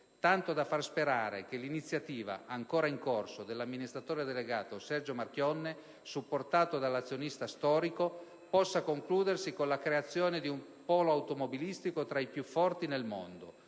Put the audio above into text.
tanto da far sperare che l'iniziativa, ancora in corso, dell'amministratore delegato Sergio Marchionne, supportato dall'azionista storico, possa concludersi con la creazione di un polo automobilistico tra i più forti al mondo: